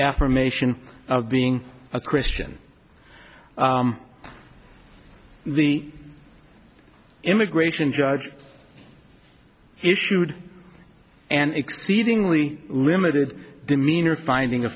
affirmation of being a christian the immigration judge issued an exceedingly limited demeanor finding a